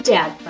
Dad